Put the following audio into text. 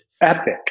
Epic